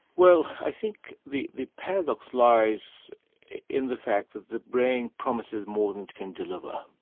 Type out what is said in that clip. well i think the the paradox lies in the fact that the brain promises more than it can deliver.